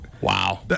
Wow